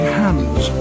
hands